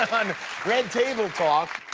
on red table talk,